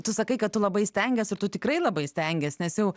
tu sakai kad tu labai stengies ir tu tikrai labai stengiesi nes jau